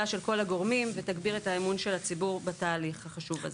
של כל הגורמים ותגביר את האמון של הציבור בתהליך החשובה זה.